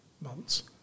months